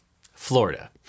Florida